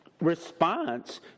response